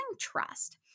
trust